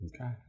Okay